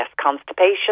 constipation